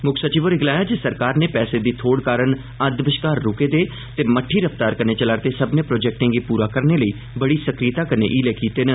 मुक्ख सचिव होरें गलाया जे सरकार नै पैसे दी थोड़ कारण अदद बष्कार रूके दे ते मट़ठी रफ्तार कन्नै चला'रदे सक्मने प्रोजेक्टे गी पूरा करने लेई बड़ी सक्रियता कन्नै हीले कीते न